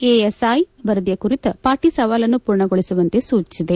ASI ವರದಿ ಕುರಿತ ಪಾಟಿ ಸವಾಲನ್ನು ಪೂರ್ಣಗೊಳಿಸುವಂತೆ ಸೂಚಿಸಿದೆ